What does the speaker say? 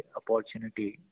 opportunity